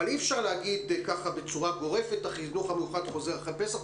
אבל אי אפשר להגיד ככה בצורה גורפת החינוך המיוחד חוזר אחרי הפסח,